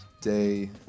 day